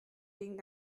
den